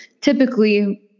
Typically